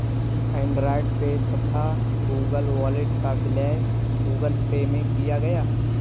Android Pay तथा Google Wallet का विलय गूगल पे में किया गया